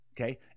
Okay